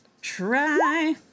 try